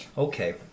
Okay